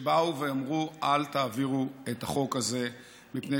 באו ואמרו: אל תעבירו את החוק הזה,